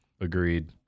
Agreed